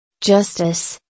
Justice